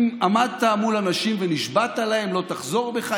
אם עמדת מול אנשים ונשבעת להם, לא תחזור בך.